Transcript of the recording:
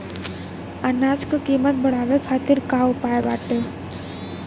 अनाज क कीमत बढ़ावे खातिर का उपाय बाटे?